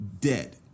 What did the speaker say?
dead